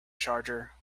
charger